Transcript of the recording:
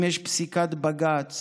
אם יש פסיקה של בג"ץ